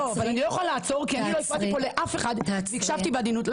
אני לא יכולה לעצור כי אני לא הפרעתי פה לאף אחד והקשבתי בעדינות.